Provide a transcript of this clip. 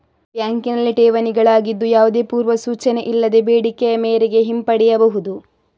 ಬ್ಯಾಂಕಿನಲ್ಲಿ ಠೇವಣಿಗಳಾಗಿದ್ದು, ಯಾವುದೇ ಪೂರ್ವ ಸೂಚನೆ ಇಲ್ಲದೆ ಬೇಡಿಕೆಯ ಮೇರೆಗೆ ಹಿಂಪಡೆಯಬಹುದು